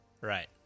Right